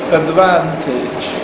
advantage